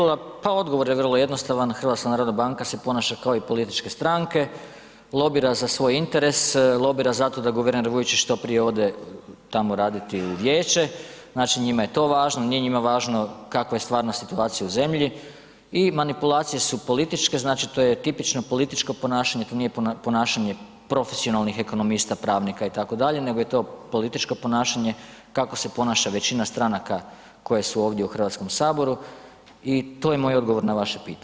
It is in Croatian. Uvaženi kolega Škibola, pa odgovor je vrlo jednostavan, HNB se ponaša kao i političke stranke, lobira za svoj interes, lobira za to da guverner Vujčić što prije ode tamo raditi u vijeće, znači njima je to važno, nije njima važno kakva je stvarna situacija u zemlji i manipulacije su političke, znači to je tipično političko ponašanje, to nije ponašanje profesionalnih ekonomista, pravnika itd., nego je to političko ponašanje kako se ponaša većina stranaka koje su ovdje u Hrvatskom saboru i to je moj odgovor na vaše pitanje.